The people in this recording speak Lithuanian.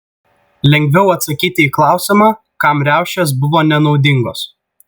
lengviau atsakyti į klausimą kam riaušės buvo nenaudingos